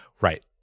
Right